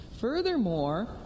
Furthermore